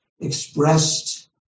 expressed